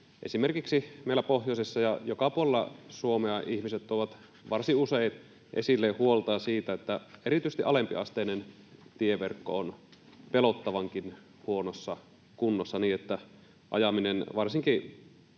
esimerkiksi meillä pohjoisessa, ja joka puolella Suomea, ihmiset ovat varsin usein tuoneet esille huolta siitä, että erityisesti alempiasteinen tieverkko on pelottavankin huonossa kunnossa, niin että ajaminen varsinkin